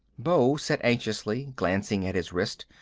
beau said anxiously, glancing at his wrist,